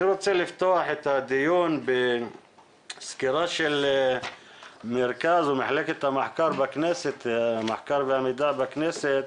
אני רוצה לפתוח את הדיון בסקירה של מרכז המחקר והמידע בכנסת